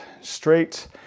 straight